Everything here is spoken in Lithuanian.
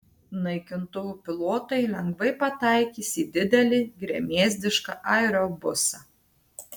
naikintuvų pilotai lengvai pataikys į didelį gremėzdišką aerobusą